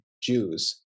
Jews